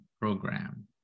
program